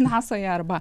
nasoje arba